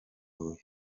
huye